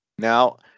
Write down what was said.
Now